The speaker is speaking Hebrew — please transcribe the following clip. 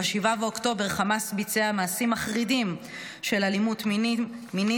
ב-7 באוקטובר חמאס ביצע מעשים מחרידים של אלימות מינית.